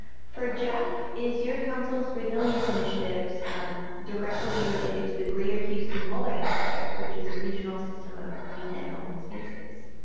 for jeff, is your council's resilience initiatives directly related to the greater houston wilderness project, which is a regional system of green and open spaces?